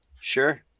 Sure